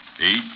eight